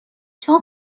چون